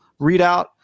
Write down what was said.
readout